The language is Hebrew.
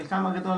חלקם הגדול,